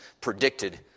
predicted